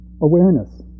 awareness